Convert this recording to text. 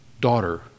daughter